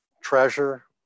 treasure